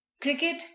Cricket